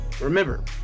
Remember